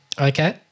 Okay